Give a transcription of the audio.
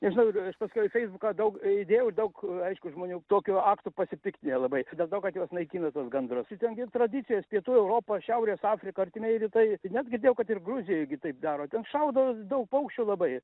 nežinau ir aš paskui į feisbuką daug įdėjau daug aišku žmonių tokiu aktu pasipiktinę labai dėl to kad juos naikina tuos gandrus ten gi tradicijos pietų europa šiaurės afrika artimieji rytai tai net girdėjau kad ir gruzijoj gi taip daro ten šaudo daug paukščių labai